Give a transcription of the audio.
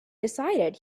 decided